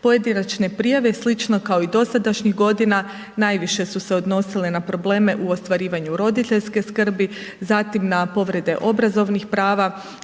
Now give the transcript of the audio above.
Pojedinačne prijave slično kao i dosadašnjih godina najviše su se odnosile na probleme u ostvarivanju roditeljske skrbi, zatim na povrede obrazovnih prava,